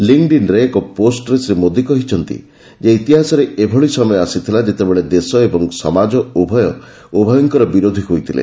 linked ଇନ୍ରେ ଏକ ପୋଷ୍ଟରେ ଶ୍ରୀ ମୋଦୀ କହିଛନ୍ତି ଯେ ଇତିହାସରେ ଏଭଳି ସମୟ ଆସିଥିଲା ଯେତେବେଳେ ଦେଶ ଏବଂ ସମାଜ ଉଭୟ ଉଭୟଙ୍କର ବିରୋଧୀ ହୋଇଥିଲେ